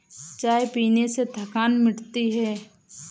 चाय पीने से थकान मिटती है